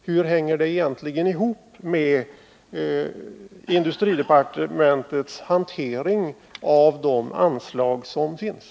Hur hanterar industridepartementet egentligen de anslag som finns?